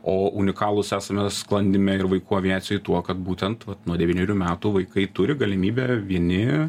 o unikalūs esame sklandyme ir vaikų aviacijoj tuo kad būtent vat nuo devynerių metų vaikai turi galimybę vieni